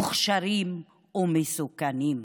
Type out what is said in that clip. מוכשרים ומסוכנים.